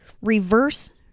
reverse